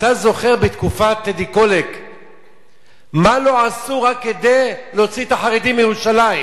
אתה זוכר בתקופת טדי קולק מה לא עשו רק כדי להוציא את החרדים מירושלים?